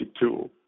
tool